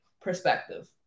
perspective